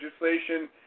legislation